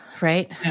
right